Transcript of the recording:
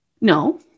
No